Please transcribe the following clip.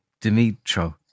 Dimitro